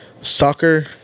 Soccer